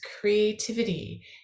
creativity